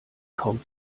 kaum